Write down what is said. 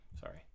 Sorry